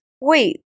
wait